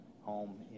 home